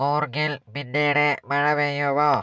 കൂർഗിൽ പിന്നീട് മഴ പെയ്യുമോ